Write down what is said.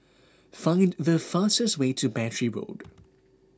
find the fastest way to Battery Road